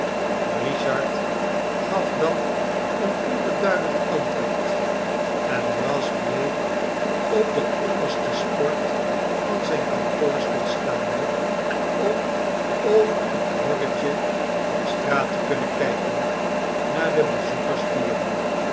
richard gaf dan een onbeduidend antwoord en brass bleef op de onderste sport van zijn kantoorstoel staande om over het horretje op straat te kunnen kijken naar de bezoekers turen